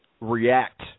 react